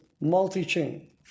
multi-chain